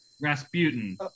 Rasputin